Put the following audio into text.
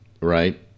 right